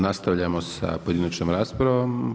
Nastavljamo sa pojedinačnom raspravom.